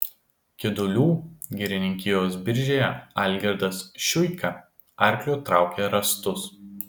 kidulių girininkijos biržėje algirdas šiuika arkliu traukė rąstus